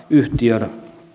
yhtiön